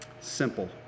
simple